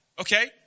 Okay